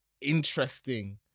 interesting